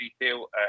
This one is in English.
detail